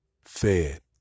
fed